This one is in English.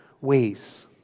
ways